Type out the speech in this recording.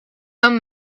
some